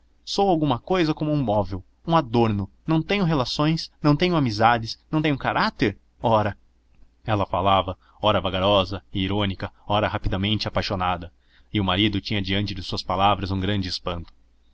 sou alguma cousa como um móvel um adorno não tenho relações não tenho amizades não tenho caráter ora ela falava ora vagarosa e irônica ora rapidamente e apaixonada e o marido tinha diante de suas palavras um grande espanto